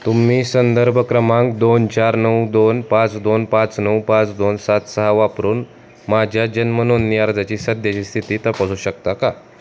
तुम्ही संदर्भ क्रमांक दोन चार नऊ दोन पाच दोन पाच नऊ पाच दोन सात सहा वापरून माझ्या जन्मनोंदणी अर्जाची सध्याची स्थिती तपासू शकता का